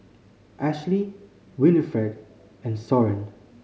Ashlie Winnifred and Soren